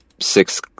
Six